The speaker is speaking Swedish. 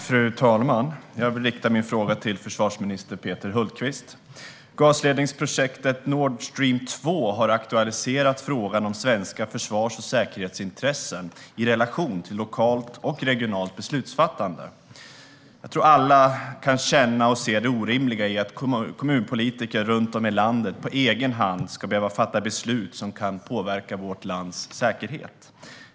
Fru talman! Jag vill rikta min fråga till försvarsminister Peter Hultqvist. Gasledningsprojektet Nord Stream 2 har aktualiserat frågan om svenska försvars och säkerhetsintressen i relation till lokalt och regionalt beslutsfattande. Jag tror att alla kan känna och se det orimliga i att kommunpolitiker runt om i landet på egen hand ska behöva fatta beslut som kan påverka vårt lands säkerhet.